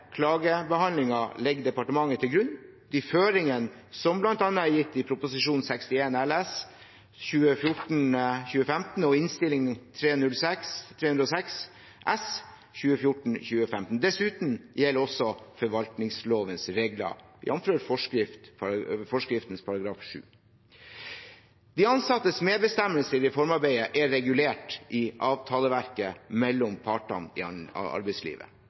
legger departementet til grunn de føringene som bl.a. er gitt i Prop. 61 LS for 2014–2015 og Innst. 306 S for 2014–2015. Dessuten gjelder også forvaltningslovens regler, jf. forskriftens § 7. De ansattes medbestemmelse i reformarbeidet er regulert i avtaleverket mellom partene i arbeidslivet.